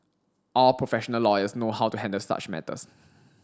all professional lawyers know how to handle such matters